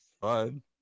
fun